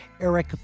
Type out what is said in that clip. Eric